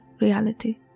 reality